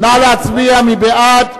נא להצביע, מי בעד?